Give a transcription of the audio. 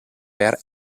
per